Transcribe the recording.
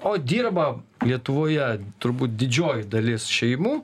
o dirba lietuvoje turbūt didžioji dalis šeimų